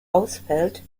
ausfällt